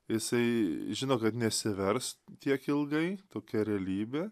jisai žino kad nesivers tiek ilgai tokia realybė